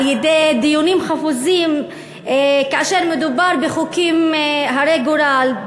על-ידי דיונים חפוזים כאשר מדובר בחוקים הרי גורל,